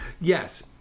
Yes